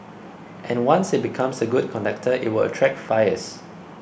and once it becomes a good conductor it will attract fires